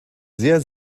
sehr